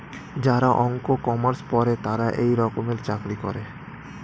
যারা অঙ্ক, কমার্স পরে তারা এই রকমের চাকরি করে